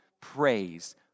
praise